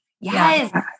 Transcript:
Yes